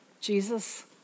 Jesus